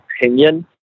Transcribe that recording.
opinion